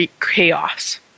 chaos